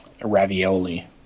ravioli